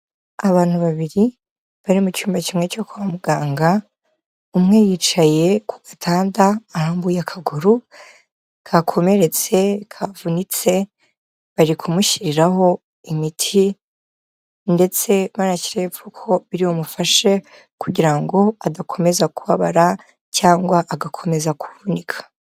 Abantu babiri bari mu cyumba kimwe cyo kwa muganga umwe yicaye ku gatanda arambuye akaguru kakomeretse kavunitse, bari kumushyiriraho imiti ndetse banashyiraho ibipfuko biri bumufashe kugira ngo adakomeza kubabara cyangwa agakomeza kuvunika.